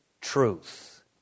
truth